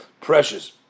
precious